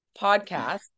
podcast